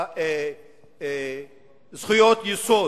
בזכויות יסוד.